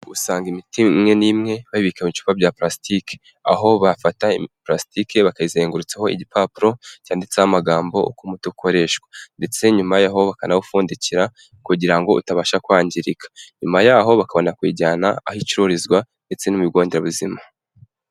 Usanga imiti imwe n'imwe bayibika mu bicupa bya plastic aho bafata plastic bakayizengurutsaho igipapuro cyanditseho amagambo uko umuti ukoreshwa ndetse nyuma yaho bakanawupfundikira kugira ngo utabasha kwangirika, nyuma y'aho bakabona kuyijyana aho icururizwa ndetse no mu bigonderabuzima.